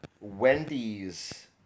Wendy's